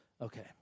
Okay